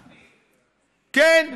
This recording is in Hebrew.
כן,